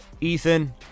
Ethan